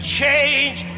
change